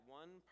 one